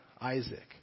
Isaac